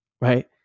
right